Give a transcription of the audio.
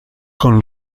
con